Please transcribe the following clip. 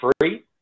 free